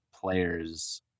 players